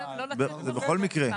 זה בכל מקרה.